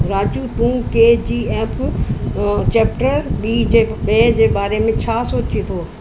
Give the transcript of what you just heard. राजू तूं K G F chapter ॿी जे ॿे बारे में छा सोचीं थो